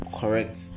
correct